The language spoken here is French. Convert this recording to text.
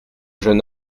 jeune